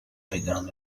begun